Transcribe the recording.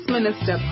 Minister